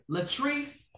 Latrice